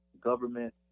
government